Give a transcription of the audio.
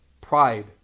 pride